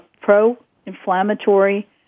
pro-inflammatory